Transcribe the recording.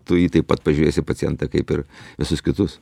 tu jį taip pat pažiūrėsi pacientą kaip ir visus kitus